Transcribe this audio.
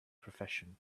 profession